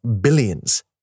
billions